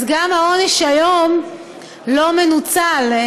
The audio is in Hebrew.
אז גם העונש כיום לא מנוצל.